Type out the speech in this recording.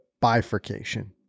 bifurcation